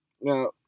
Now